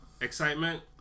excitement